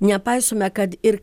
nepaisome kad ir